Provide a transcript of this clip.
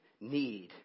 need